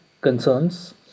concerns